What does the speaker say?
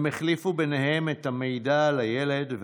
הם החליפו ביניהם את המידע על הילד,